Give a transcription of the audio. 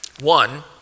one